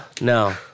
no